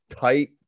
Tight